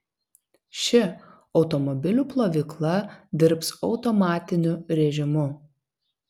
ši automobilių plovykla dirbs automatiniu rėžimu